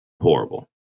horrible